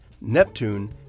Neptune